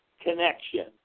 connection